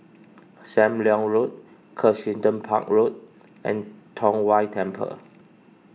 Sam Leong Road Kensington Park Road and Tong Whye Temple